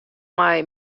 mei